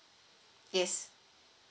yes